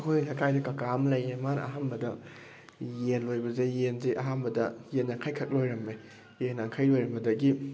ꯑꯩꯈꯣꯏ ꯂꯩꯀꯥꯏꯗ ꯀꯀꯥ ꯑꯃꯥ ꯂꯩꯌꯦ ꯃꯥꯅ ꯑꯍꯥꯟꯕꯗ ꯌꯦꯟ ꯂꯣꯏꯕꯁꯦ ꯌꯦꯟꯁꯦ ꯑꯍꯥꯟꯕꯗ ꯌꯦꯟ ꯌꯥꯡꯈꯩ ꯈꯛ ꯂꯣꯏꯔꯦꯝꯃꯦ ꯌꯦꯟ ꯌꯥꯡꯈꯩ ꯂꯣꯏꯔꯝꯕꯗꯒꯤ